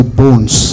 bones